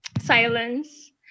Silence